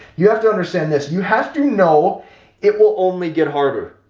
you have to understand this you have to know it will only get harder.